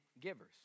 givers